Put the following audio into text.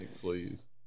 Please